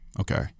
Okay